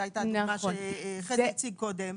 זה הייתה הדוגמא שחזי הציג קודם,